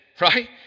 right